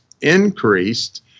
increased